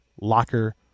locker